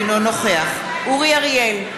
אינו נוכח אורי אריאל,